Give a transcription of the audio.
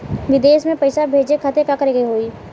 विदेश मे पैसा भेजे खातिर का करे के होयी?